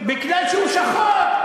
הוא שחור.